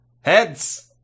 Heads